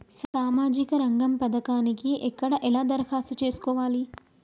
సామాజిక రంగం పథకానికి ఎక్కడ ఎలా దరఖాస్తు చేసుకోవాలి?